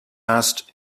asked